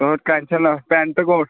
होर टेंशन निं लैओ पेंट कोट